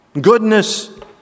goodness